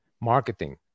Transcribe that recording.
marketing